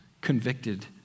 convicted